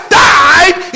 died